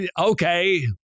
Okay